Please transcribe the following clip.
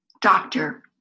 doctor